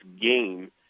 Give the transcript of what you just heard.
game